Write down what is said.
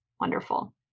Wonderful